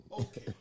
okay